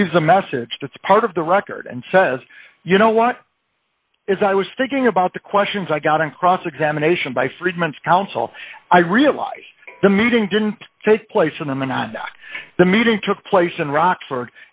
and leaves a message that's part of the record and says you know what is i was thinking about the questions i got in cross examination by friedman's counsel i realize the meeting didn't take place and then on the meeting took place in rockford